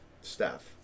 Staff